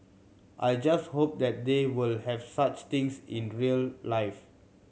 I just hope that they will have such things in real life